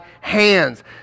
hands